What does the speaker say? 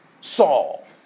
Saul